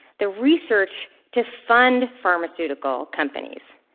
the research to fund pharmaceutical companies.